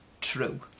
true